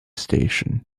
station